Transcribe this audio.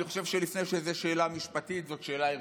אני חושב שלפני שזאת שאלה משפטית זאת שאלה ערכית,